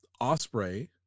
Osprey